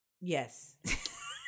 Yes